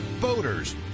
Boaters